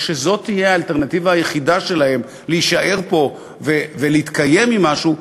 כשזאת תהיה האלטרנטיבה היחידה שלהם להישאר פה ולהתקיים ממשהו,